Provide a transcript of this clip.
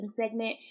segment